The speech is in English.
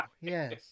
yes